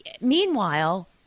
Meanwhile